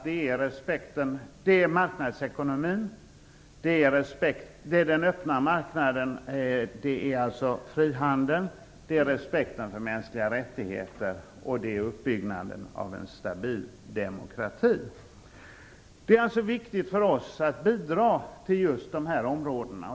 Det är marknadsekonomin, den öppna marknaden, dvs. frihandeln, respekten för mänskliga rättigheter och uppbyggnaden av en stabil demokrati. Det är alltså viktigt för oss att bidra till just dessa områden.